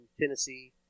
Tennessee